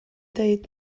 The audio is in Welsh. dweud